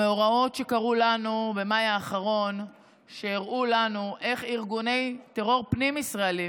המאורעות שקרו לנו במאי האחרון הראו לנו איך ארגוני טרור פנים-ישראליים,